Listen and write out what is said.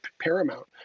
paramount